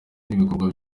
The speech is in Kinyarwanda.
n’ibikorwa